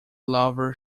lover